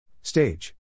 Stage